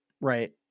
right